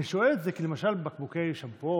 אני שואל את זה כי למשל בקבוקי שמפו